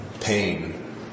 pain